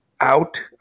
out